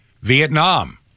Vietnam